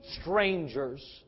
strangers